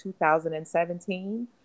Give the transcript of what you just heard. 2017